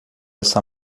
essa